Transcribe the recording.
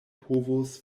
povos